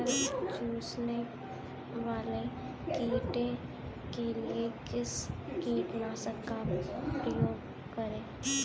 रस चूसने वाले कीड़े के लिए किस कीटनाशक का प्रयोग करें?